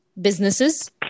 businesses